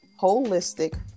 holistic